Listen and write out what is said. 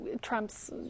Trump's